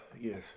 Yes